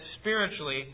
spiritually